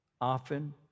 often